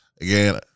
again